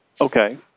okay